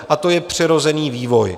A to je přirozený vývoj.